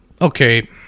Okay